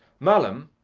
mallam,